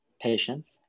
patients